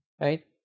Right